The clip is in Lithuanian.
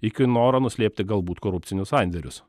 iki noro nuslėpti galbūt korupcinius sandėrius